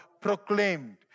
proclaimed